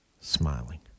smiling